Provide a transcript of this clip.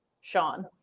Sean